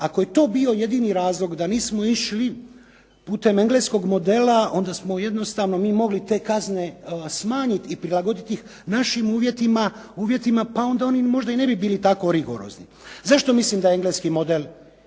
Ako je to bio jedini razlog da nismo išli putem engleskog modela, onda smo jednostavno mi mogli te kazne smanjiti i prilagoditi ih našim uvjetima pa onda oni možda i ne bi bilo tako rigorozni. Zašto mislim da je engleski model